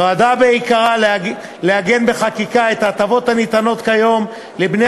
נועדה בעיקרה לעגן בחקיקה את ההטבות הניתנות כיום לבני